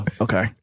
okay